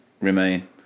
remain